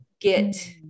get